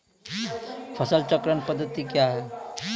फसल चक्रण पद्धति क्या हैं?